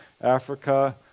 Africa